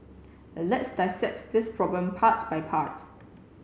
let's dissect this problem part by part